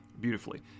beautifully